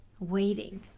waiting